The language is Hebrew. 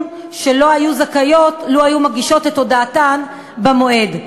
שלו היו זכאיות לו הגישו את הודעתן במועד.